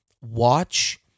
watch